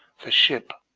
the ship,